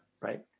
Right